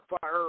fire